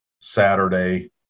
Saturday